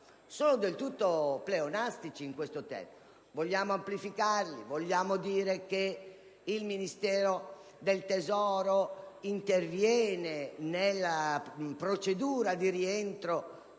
sono del tutto pleonastici in questo caso. Vogliamo amplificarli? Vogliamo dire che il Ministero dell'economia interviene nella procedura di rientro